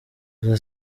gusa